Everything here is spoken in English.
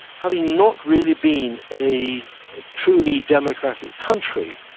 having not really been a truly democratic country,